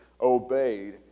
obeyed